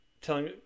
telling